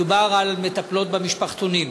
מדובר על מטפלות במשפחתונים.